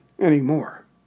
anymore